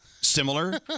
similar